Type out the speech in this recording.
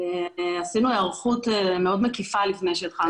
עשינו היערכות מאוד מקיפה לפני שהתחלנו את העבודה מהבית.